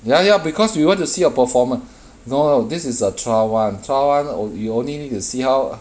ya ya because we want to see your performance no this is a trial [one] trial [one] you only need to see how